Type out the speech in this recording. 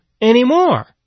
anymore